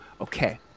okay